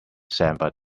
samba